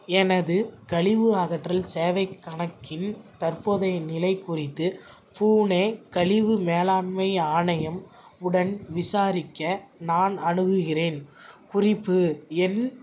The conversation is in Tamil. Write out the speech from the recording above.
எனது கழிவு அகற்றல் சேவைக் கணக்கின் தற்போதைய நிலை குறித்து பூனே கழிவு மேலாண்மை ஆணையம் உடன் விசாரிக்க நான் அணுகுகிறேன் குறிப்பு எண்